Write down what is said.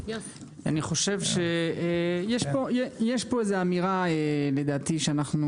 אני חושב שיש פה איזה אמירה לדעתי שאנחנו